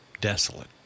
desolate